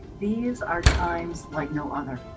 these are times like no other.